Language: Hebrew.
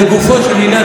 לגופו של עניין,